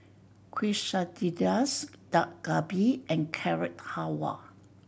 Quesadillas Dak Galbi and Carrot Halwa